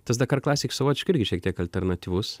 tas dakar klasik savotiškai irgi šiek tiek alternatyvus